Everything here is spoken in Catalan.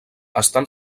estan